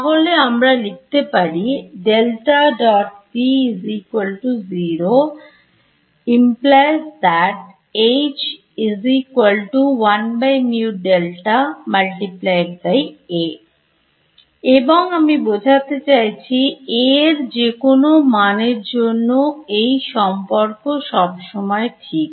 তাহলে আমরা লিখতে পারি এবং আমি বোঝাতে চাইছি A এর যে কোন মানের জন্য এই সম্পর্ক সব সময় ঠিক